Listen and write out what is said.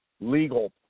legal